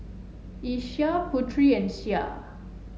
Aisyah Putri and Syah